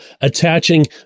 attaching